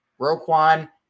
Roquan